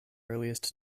earliest